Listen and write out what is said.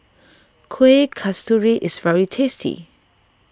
Kueh Kasturi is very tasty